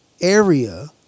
area